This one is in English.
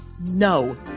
No